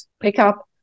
pickup